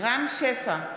רם שפע,